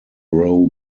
row